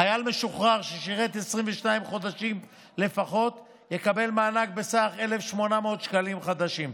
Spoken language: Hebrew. חייל משוחרר ששירת 22 חודשים לפחות יקבל מענק בסך 1,800 שקלים חדשים,